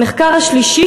המחקר השלישי,